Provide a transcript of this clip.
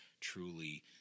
truly